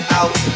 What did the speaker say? out